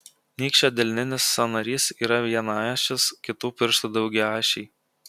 nykščio delninis sąnarys yra vienaašis kitų pirštų daugiaašiai